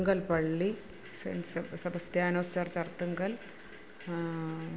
അർത്തുങ്കൽ പള്ളി സെൻ്റ് സെബ Sebastiano church Arthunkal